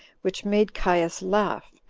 which made caius laugh,